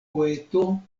poeto